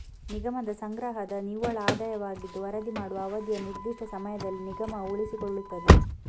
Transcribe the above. ನಿಗಮದ ಸಂಗ್ರಹದ ನಿವ್ವಳ ಆದಾಯವಾಗಿದ್ದು ವರದಿ ಮಾಡುವ ಅವಧಿಯ ನಿರ್ದಿಷ್ಟ ಸಮಯದಲ್ಲಿ ನಿಗಮವು ಉಳಿಸಿಕೊಳ್ಳುತ್ತದೆ